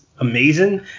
Amazing